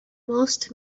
most